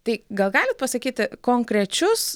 tai gal galit pasakyti konkrečius